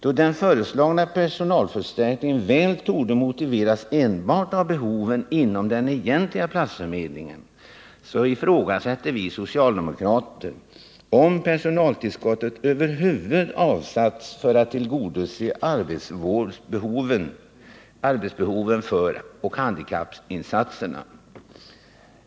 Då den föreslagna personalförstärkningen väl torde motiveras enbart av behoven inom den ”egentliga platsförmedlingen”, så ifrågasätter vi socialdemokrater om personaltillskott över huvud taget har avsatts för att tillgodose arbetsvårdsbehoven och handikappinsatserna.